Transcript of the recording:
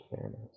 fairness